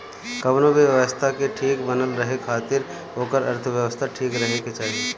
कवनो भी व्यवस्था के ठीक बनल रहे खातिर ओकर अर्थव्यवस्था ठीक रहे के चाही